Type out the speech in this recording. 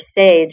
stage